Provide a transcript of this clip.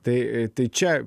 tai čia